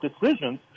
decisions